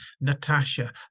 Natasha